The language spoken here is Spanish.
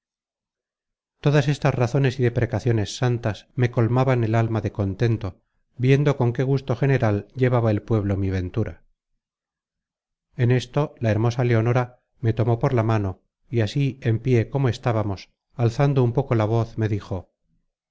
todas estas razones y deprecaciones santas me colmaban el alma de contento viendo con qué gusto general llevaba el pueblo mi ventura en esto la hermosa leonora me tomó por la mano y así en pié como estábamos alzando un poco la voz me dijo